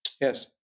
Yes